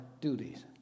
duties